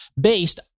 based